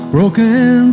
Broken